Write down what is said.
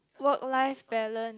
work life balance